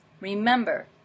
Remember